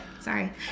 Sorry